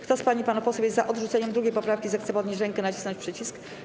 Kto z pań i panów posłów jest za odrzuceniem 2. poprawki, zechce podnieść rękę i nacisnąć przycisk.